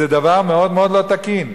זה דבר מאוד מאוד לא תקין,